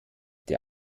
der